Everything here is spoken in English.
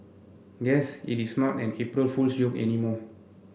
guess it is not an April Fool's joke anymore